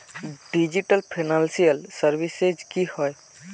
Digital financial services की होय?